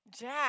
Jack